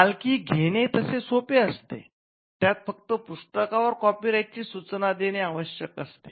मालकी घेणे तसे सोप्पे असते त्यात फक्त पुस्तकावर कॉपी राईट ची सूचना देणे आवश्यक असते